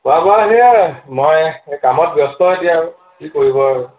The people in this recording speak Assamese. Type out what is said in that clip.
তাৰপৰা সেইয়াই মই কামত ব্য়স্ত এতিয়া আৰু কি কৰিব আৰু